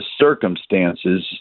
circumstances